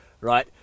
right